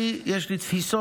אני, יש לי תפיסות,